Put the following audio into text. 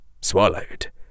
Swallowed